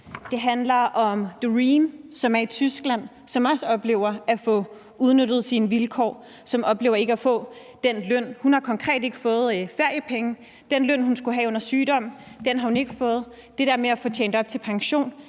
Det handler om Doreen, som er i Tyskland, og som også oplever at blive udnyttet i forhold til sine vilkår, og som oplever ikke at få den løn,hun skulle have. Hun har konkret ikke fået feriepenge. Den løn, hun skulle have under sygdom, har hun ikke fået. Optjening af pension